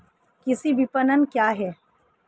कृषि विपणन क्या है?